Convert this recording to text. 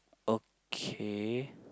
okay